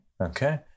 Okay